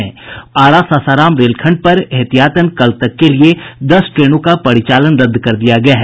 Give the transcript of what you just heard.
वहीं आरा सासाराम रेलखंड पर एहतियातन कल तक के लिए दस ट्रेनों का परिचालन रद्द कर दिया गया है